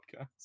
podcast